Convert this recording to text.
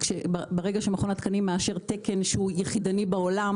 ברגע שמכון התקנים מאשר תקן שהוא יחידני בעולם